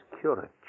curate